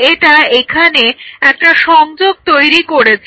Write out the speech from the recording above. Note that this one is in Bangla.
তাহলে এটা এখানে একটা সংযোগ তৈরি করেছে